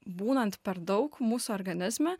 būnant per daug mūsų organizme